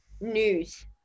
news